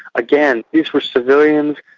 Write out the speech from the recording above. again, these were civilians.